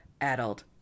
adult